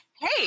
Hey